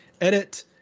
edit